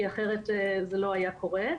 כי אחרת זה לא היה קורה.